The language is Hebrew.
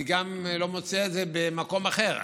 אני גם לא מוצא את זה במקום אחר.